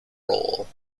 roll